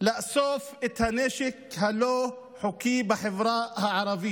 לאסוף את הנשק הלא-חוקי בחברה הערבית.